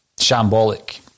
shambolic